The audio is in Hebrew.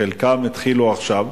חלקם התחילו עכשיו,